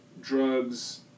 drugs